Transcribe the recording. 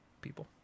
people